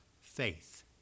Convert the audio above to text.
faith